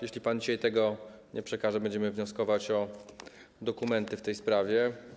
Jeśli pan dzisiaj tego nie przekaże, będziemy wnioskować o dokumenty w tej sprawie.